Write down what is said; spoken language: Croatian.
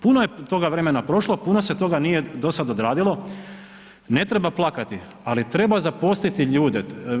Puno je toga vremena prošlo, puno se toga do sada nije odradilo, ne treba plakati, ali treba zaposliti ljude.